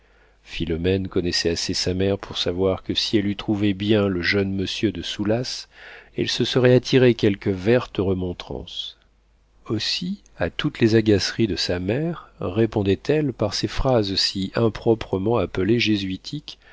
philomène connaissait assez sa mère pour savoir que si elle eût trouvé bien le jeune monsieur de soulas elle se serait attiré quelque verte remontrance aussi à toutes les agaceries de sa mère répondait-elle par ces phrases si improprement appelées